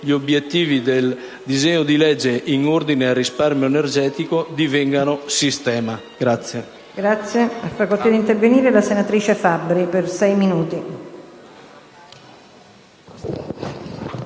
gli obiettivi del disegno di legge in ordine al risparmio energetico divengano «sistema».